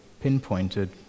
pinpointed